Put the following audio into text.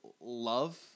love